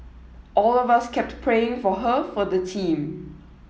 all of us kept praying for her for the team